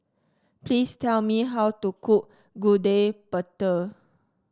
please tell me how to cook Gudeg Putih